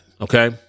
okay